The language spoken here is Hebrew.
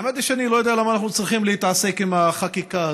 האמת היא שאני לא יודע למה אנחנו צריכים להתעסק עם החקיקה הזאת.